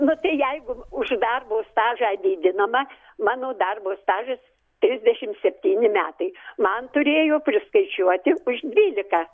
nu tai jeigu už darbo stažą didinama mano darbo stažas trisdešim septyni metai man turėjo priskaičiuoti už dvylika